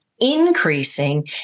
Increasing